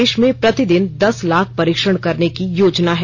देश में प्रतिदिन दस लाख परीक्षण करने की योजना है